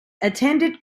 attended